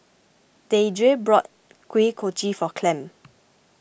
Deidre bought Kuih Kochi for Clem